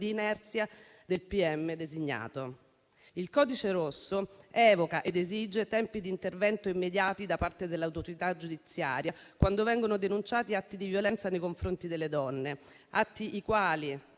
ministero designato. Il codice rosso evoca ed esige tempi di intervento immediati da parte dell'autorità giudiziaria, quando vengono denunciati atti di violenza nei confronti delle donne, i quali